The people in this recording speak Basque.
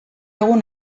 egun